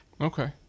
Okay